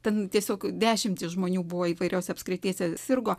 ten tiesiog dešimtys žmonių buvo įvairiose apskrityse sirgo